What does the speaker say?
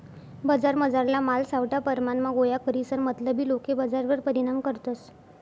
बजारमझारला माल सावठा परमाणमा गोया करीसन मतलबी लोके बजारवर परिणाम करतस